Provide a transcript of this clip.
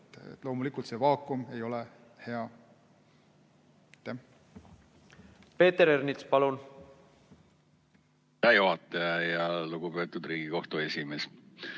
Loomulikult, see vaakum ei ole hea.